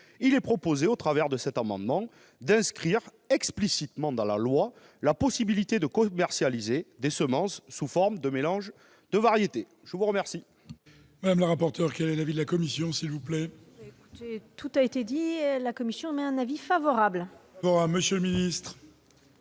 il est proposé, au travers de cet amendement, d'inscrire explicitement dans la loi la possibilité de commercialiser des semences sous forme de mélanges de variétés. Quel